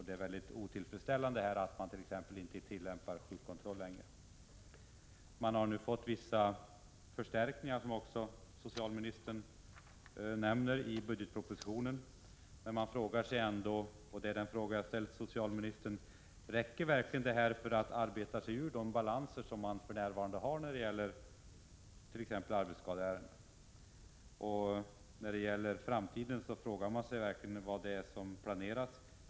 Det är väldigt otillfredsställande att man t.ex. inte längre tillämpar sjukkontroll. Som socialministern nämner har det föreslagits vissa förstärkningar i budgetpropositionen. Man frågar sig ändå, och den frågan vill jag ställa till socialministern: Räcker verkligen detta för att kassorna skall kunna arbeta sig ur de balanser som de för närvarande har när det gäller t.ex. arbetsskadeärenden? Man frågar sig verkligen vad som planeras inför framtiden.